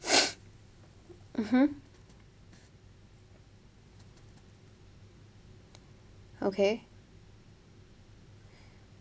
mmhmm okay